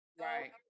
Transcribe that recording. right